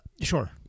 Sure